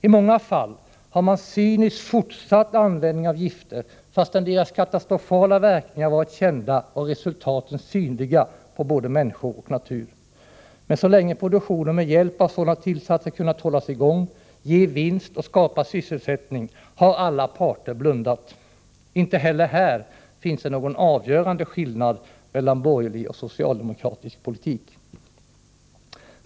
I många fall har man cyniskt fortsatt att använda gifter, fastän deras katastrofala verkningar varit kända och resultaten synliga på både människor och natur. Men så länge produktionen med hjälp av sådana tillsatser kunnat hållas i gång, ge vinst och skapa sysselsättning har alla parter blundat. Inte heller här finns det någon avgörande skillnad mellan borgerlig och socialdemokratisk politik.